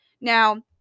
Now